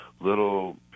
little